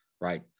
right